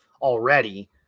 already